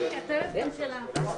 בתוקף.